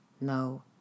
No